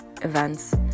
events